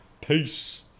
Peace